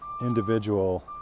individual